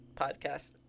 podcast